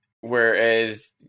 whereas